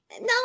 no